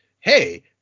hey